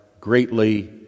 greatly